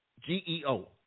g-e-o